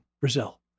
Brazil